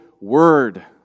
word